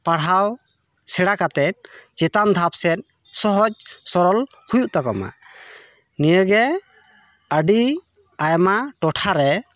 ᱯᱟᱲᱦᱟᱣ ᱥᱮᱲᱟ ᱠᱟᱛᱮ ᱪᱮᱛᱟᱱ ᱫᱷᱟᱯ ᱥᱮᱡ ᱥᱚᱦᱚᱡ ᱥᱚᱨᱚᱞ ᱦᱩᱭᱩᱜ ᱛᱟᱠᱚ ᱢᱟ ᱱᱤᱭᱟᱹᱜᱮ ᱟᱹᱰᱤ ᱟᱭᱢᱟ ᱴᱚᱴᱷᱟᱨᱮ